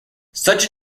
such